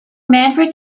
manfred